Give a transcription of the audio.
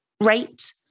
rate